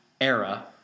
era